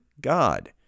God